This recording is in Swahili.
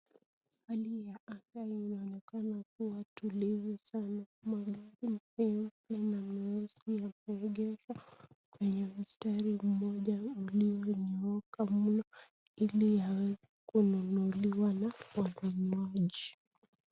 Hali ya anga inaonekana kuwa tulivu na magari haya yameweza kuegeshwa kwenye mstari moja ulionyooka mno ile yaweze kununuliwa na mnunuaji.